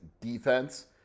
defense